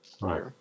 right